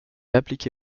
appliqué